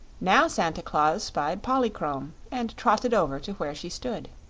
now santa claus spied polychrome, and trotted over to where she stood.